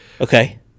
Okay